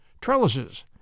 trellises